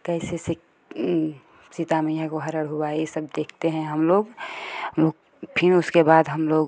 कैसे से सीता मैया काे हरण हुआ ये सब देखते हैं हम लोग हम लोग फिर उसके बाद हम लोग